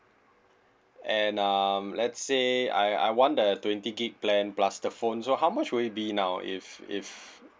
and um let's say I I want the twenty gig plan plus the phone so how much will it be now if if